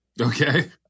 Okay